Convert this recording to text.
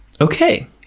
okay